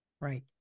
Right